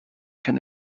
can